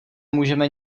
můžeme